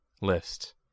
list